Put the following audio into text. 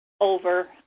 over